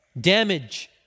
damage